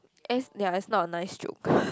and it's ya it's not a nice joke